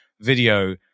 video